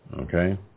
Okay